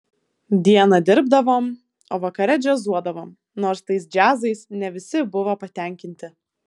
dieną dirbdavom o vakare džiazuodavom nors tais džiazais ne visi buvo patenkinti